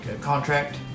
contract